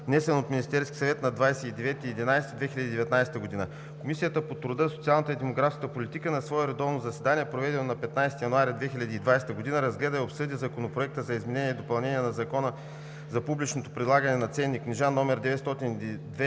внесен от Министерския съвет на 29 ноември 2019 г. Комисията по труда, социалната и демографската политика на свое редовно заседание, проведено на 15 януари 2020 г., разгледа и обсъди Законопроект за изменение и допълнение на Закона за публичното предлагане на ценни книжа, №